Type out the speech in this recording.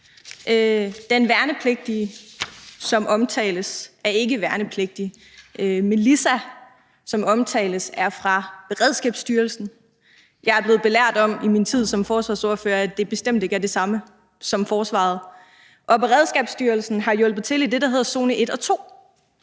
Den værnepligtige, som omtales, er ikke værnepligtig. Melissa, som omtales, er fra Beredskabsstyrelsen. Jeg er blevet belært om i min tid som forsvarsordfører, at det bestemt ikke er det samme som forsvaret. Beredskabsstyrelsen har hjulpet til i det, der hedder zone 1 og 2.